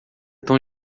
tão